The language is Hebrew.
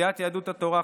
סיעת יהדות התורה,